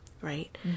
right